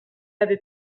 avait